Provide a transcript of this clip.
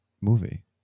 movie